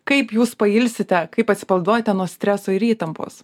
kaip jūs pailsite kaip atsipalaiduojate nuo streso ir įtampos